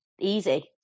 easy